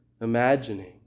imagining